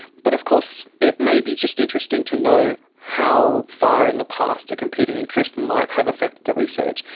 but of course it may be just interesting to know how far in the past a competing interest might have affected the research.